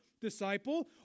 disciple